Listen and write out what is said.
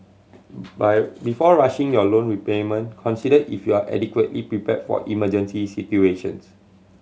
by before rushing your loan repayment consider if you are adequately prepared for emergency situations